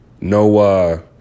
No